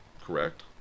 correct